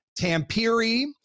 tampere